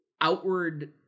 outward